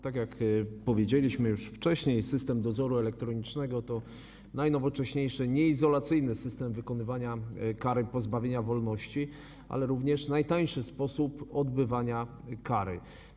Tak jak powiedzieliśmy już wcześniej, system dozoru elektronicznego to najnowocześniejszy, nieizolacyjny system wykonywania kary pozbawienia wolności, ale również najtańszy sposób odbywania kary.